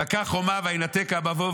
"בקע חומה וינתק המבוא,